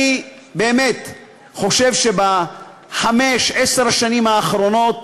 אני חושב שבחמש, עשר השנים האחרונות